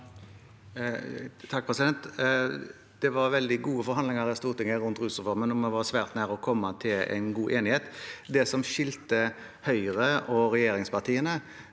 (H) Det var veldig gode forhandlinger i Stortinget rundt rusreformen, og vi var svært nær å komme til en god enighet. Det som skilte Høyre og regjeringspartiene,